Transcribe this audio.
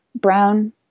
brown